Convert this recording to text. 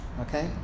okay